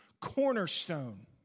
cornerstone